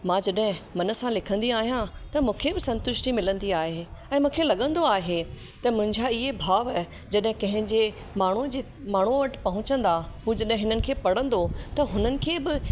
मां जॾें मन सां लिखंदी आहियां त मूंखे बि संतुष्टी मिलंदी आहे ऐं मूंखे लॻंदो आहे त मुंहिंजा इहे भाव जॾहिं कंहिंजे माण्हू जे माण्हूअ वटि पहुचंदा उहे जॾहिं हिनखे पढ़दो त हुननि खे ब